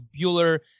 Bueller